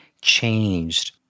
changed